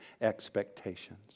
expectations